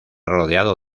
rodeado